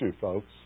folks